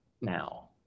now